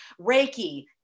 Reiki